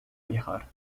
viajar